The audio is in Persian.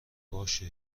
باشه